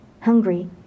hungry